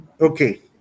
Okay